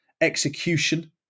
Execution